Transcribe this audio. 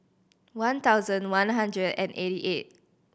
one thousand one hundred and eighty eight